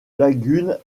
lagunes